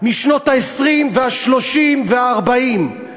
משנות ה-20 וה-30 וה-40.